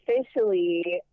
officially